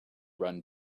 run